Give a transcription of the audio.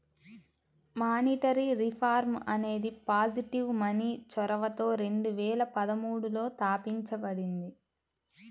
monetary reform అనేది positive money చొరవతో రెండు వేల పదమూడులో తాపించబడింది